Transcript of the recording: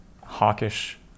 hawkish